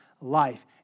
life